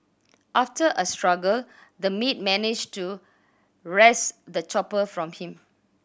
after a struggle the maid managed to wrest the chopper from him